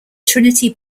trinity